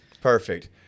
Perfect